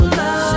love